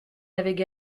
avaient